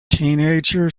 teenager